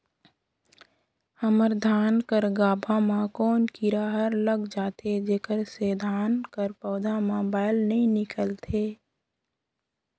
हमर धान कर गाभा म कौन कीरा हर लग जाथे जेकर से धान कर पौधा म बाएल नइ निकलथे?